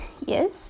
yes